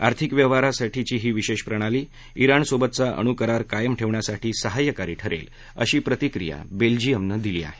आर्थिक व्यवहारासाठीची ही विशेष प्रणाली इराणसोबतचा अणुकरार कायम ठेवण्यासाठी सहाय्यकारी ठरेल अशी प्रतिक्रिया बेल्जअमनं दिली आहे